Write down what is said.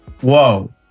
Whoa